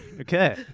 Okay